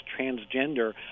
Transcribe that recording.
transgender